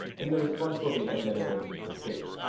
and the response will be embedded in this page.